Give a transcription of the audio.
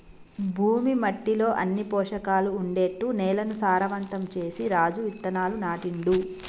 భూమి మట్టిలో అన్ని పోషకాలు ఉండేట్టు నేలను సారవంతం చేసి రాజు విత్తనాలు నాటిండు